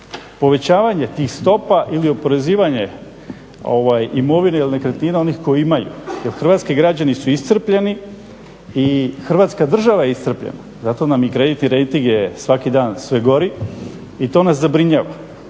povećavanje tih stopa ili oporezivanje imovine ili nekretnina onih koji imaju jer hrvatski građani su iscrpljeni i Hrvatska država je iscrpljena, zato nam je i kreditni rejting je svaki dan sve gori i to nas zabrinjava,